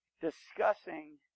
discussing